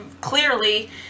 clearly